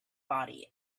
body